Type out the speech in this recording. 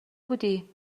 بودی